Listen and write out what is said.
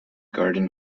garden